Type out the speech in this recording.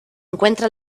encuentra